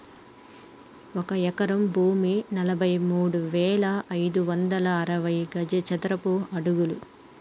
ఒక ఎకరం భూమి నలభై మూడు వేల ఐదు వందల అరవై చదరపు అడుగులు